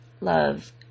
love